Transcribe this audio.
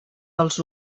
dels